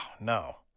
no